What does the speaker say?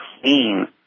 clean